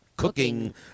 cooking